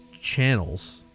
channels